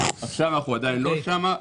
עכשיו אנחנו עדיין לא שם.